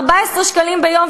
14 שקלים ביום,